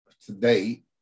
today